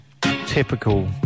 typical